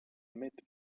met